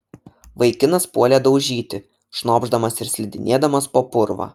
vaikinas puolė daužyti šnopšdamas ir slidinėdamas po purvą